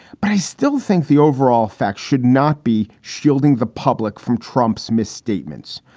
but i still think the overall facts should not be shielding the public from trump's misstatements.